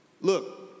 look